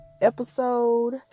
episode